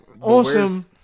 awesome